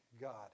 God